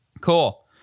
Cool